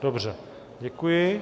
Dobře, děkuji.